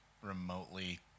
Remotely